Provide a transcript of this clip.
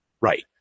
Right